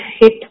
hit